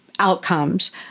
outcomes